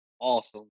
awesome